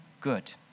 good